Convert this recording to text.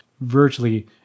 virtually